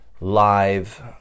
live